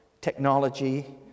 technology